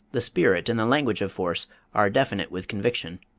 the spirit and the language of force are definite with conviction.